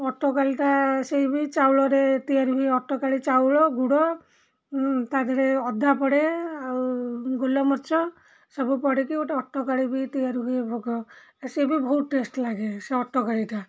ଅଟକାଳୀଟା ସେ ବି ଚାଉଳରେ ତିଆରି ହୁଏ ଅଟକାଳୀ ଚାଉଳ ଗୁଡ଼ ତା' ଦେହରେ ଅଦା ପଡ଼େ ଆଉ ଗୋଲମରିଚ ସବୁ ପଡ଼ିକି ଗୋଟିଏ ଅଟକାଳୀ ବି ତିଆରି ହୁଏ ଭୋଗ ସେ ବି ବହୁତ ଟେଷ୍ଟ ଲାଗେ ସେ ଅଟକାଳୀଟା